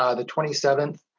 ah the twenty seventh,